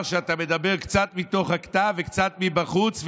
שאתה מדבר קצת מתוך הכתב וקצת מבחוץ.